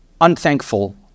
unthankful